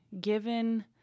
given